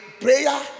prayer